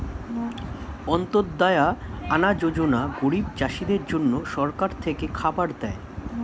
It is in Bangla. অন্ত্যদায়া আনা যোজনা গরিব চাষীদের জন্য সরকার থেকে খাবার দেয়